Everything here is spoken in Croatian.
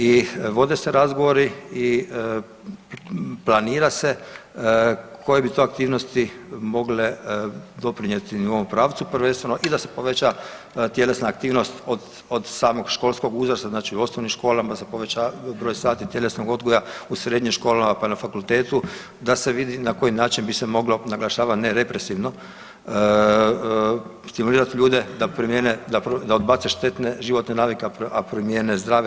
I vode se razgovori i planira se koje bi to aktivnosti mogle doprinijeti ovom pravcu i prvenstveno da se poveća tjelesna aktivnost od samog školskog uzrasta, znači u osnovnim školama broj sati tjelesnog odgoja, u srednjim školama, pa na fakultetu, da se vidi na koji način bi se moglo naglašava ne represivno stimulirati ljude da promijene, da odbace štetne životne navike, a primijene zdrave.